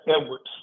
Edwards